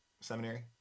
seminary